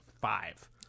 five